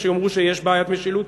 שיאמרו שיש בעיית משילות,